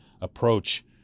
approach